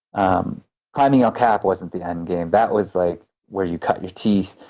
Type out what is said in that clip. um climbing el cap wasn't the end game. that was like where you cut your teeth.